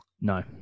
No